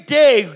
day